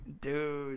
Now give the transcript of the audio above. Dude